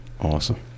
Awesome